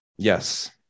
Yes